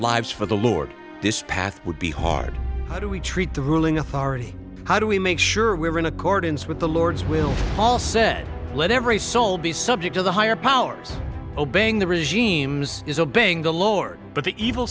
lives for the lord this path would be hard how do we treat the ruling authority how do we make sure we're in accordance with the lord's will all said let every soul be subject to the higher powers obeying the regimes is obeying the lord but the evil